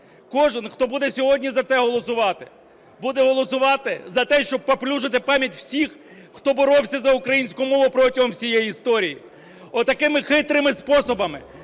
Кожен, хто буде сьогодні за це голосувати, буде голосувати за те, щоб паплюжити пам'ять всіх, хто боровся за українську мову протягом всієї історії. Отаким хитрими способами